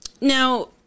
Now